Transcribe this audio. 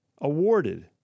awarded